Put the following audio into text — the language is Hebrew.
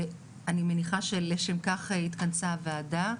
ואני מניחה שלכך התכנסה הוועדה,